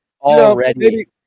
already